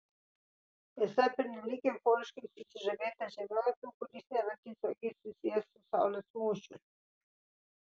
esą pernelyg euforiškai susižavėta žemėlapiu kuris nėra tiesiogiai susijęs su saulės mūšiu